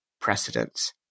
precedence